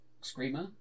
screamer